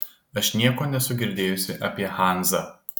aš nieko nesu girdėjusi apie hanzą